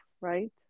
right